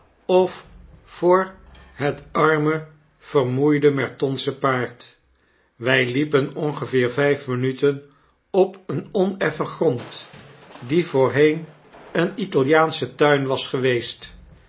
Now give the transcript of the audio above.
of voor het arme vermoeide mertonsche paard wy liepen ongeveer vflf minuten op een oneffen grond die voorheen een italiaansche tuin was geweest